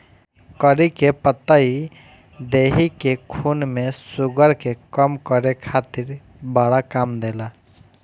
करी के पतइ देहि के खून में शुगर के कम करे खातिर बड़ा काम देला